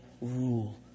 rule